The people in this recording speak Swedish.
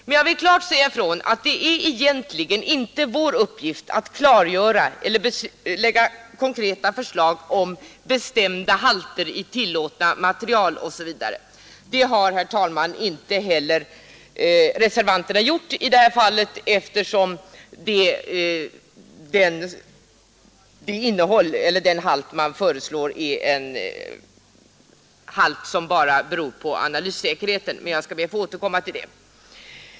Men jag vill klart säga ifrån att det är egentligen inte vår uppgift att lägga konkreta förslag om bestämda halter i tillåtna material osv. Det har, herr talman, inte heller reservanterna gjort i det här fallet eftersom den halt man föreslår är en halt som bara beror på analyssäkerheten. Jag skall be att få återkomma till det.